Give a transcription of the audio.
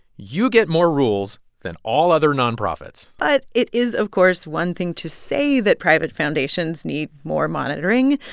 you get more rules than all other nonprofits but it is, of course, one thing to say that private foundations need more monitoring.